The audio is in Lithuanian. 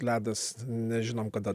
ledas nežinom kada